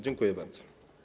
Dziękuję bardzo.